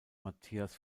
matthias